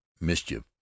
mischief